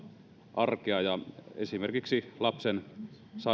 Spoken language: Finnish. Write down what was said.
arkea ja esimerkiksi lapsen